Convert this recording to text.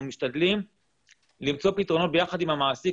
אנחנו משתדלים למצוא פתרונות ביחד עם המעסיק,